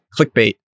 clickbait